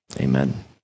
amen